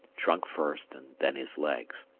trunk first and then his legs.